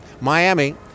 Miami